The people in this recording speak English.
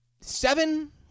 seven